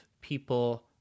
people